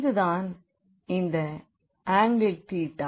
இது தான் இந்த ஆங்கில் தீட்டா